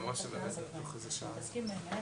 זאת ההוראה הרטרואקטיבית בעצם אדוני שדיברת לפני רגע,